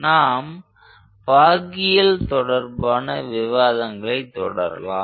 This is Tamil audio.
நாம் பாகியல் தொடர்பான விவாதங்களை தொடரலாம்